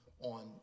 on